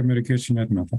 amerikiečiai neatmeta